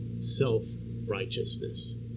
self-righteousness